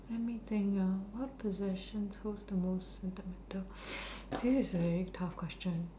let me think ah what possession pose the most sentimental this is a very tough question